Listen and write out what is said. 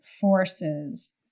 forces